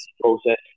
process